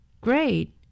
Great